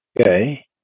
okay